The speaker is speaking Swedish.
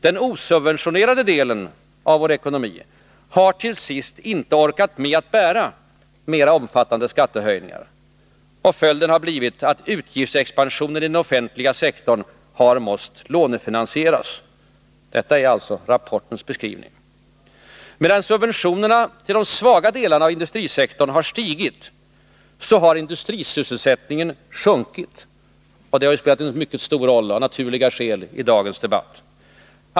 Den osubventionerade delen av ekonomin har till sist inte orkat med att bära mera omfattande skattehöjningar. Följden har blivit att utgiftsexpansionen i den offentliga sektorn har måst lånefinansieras. Detta är alltså beskrivningen i rapporten. Medan subventionerna till de svaga delarna av industrisektorn stigit har industrisysselsättningen sjunkit, ett förhållande som i dagens debatt av naturliga skäl har spelat en mycket stor roll.